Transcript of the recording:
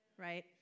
Right